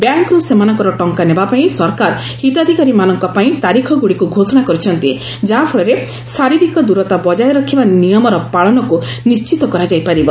ବ୍ୟାଙ୍କ୍ରୁ ସେମାନଙ୍କର ଟଙ୍କା ନେବାପାଇଁ ସରକାର ହିତାଧିକାରୀମାନଙ୍କ ପାଇଁ ତାରିଖଗୁଡ଼ିକୁ ଘୋଷଣା କରିଛନ୍ତି ଯାହାଫଳରେ ଶାରୀରିକ ଦୂରତା ବଜାୟ ରଖିବା ନିୟମର ପାଳନକ୍ତ ନିର୍ଣ୍ଣିତ କରାଯାଇପାରିବ